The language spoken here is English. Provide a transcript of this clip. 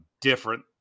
different